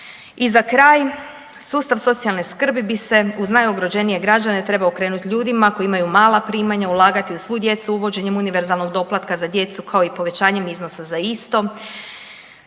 I za kraj, sustav socijalne skrbi bi se uz najugroženije građane trebao okrenuti ljudima koji imaju mala primanja, ulagati u svu djecu uvođenjem univerzalnog doplatka za djecu kao i povećanjem iznosa za istom,